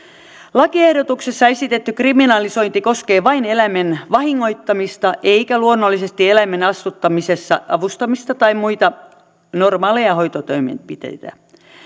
lakiehdotuksessa esitetty kriminalisointi koskee vain eläimen vahingoittamista eikä luonnollisesti eläimen astuttamisessa avustamista tai muita normaaleja hoitotoimenpiteitä